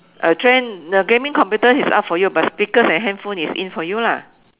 a trend the gaming computers is out for you but speakers and handphones is in for you lah